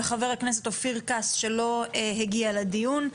וחה"כ אופיר כץ שלא הגיע לדיון.